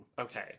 Okay